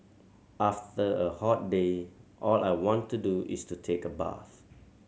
after a hot day all I want to do is to take a bath